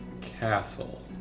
castle